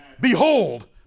behold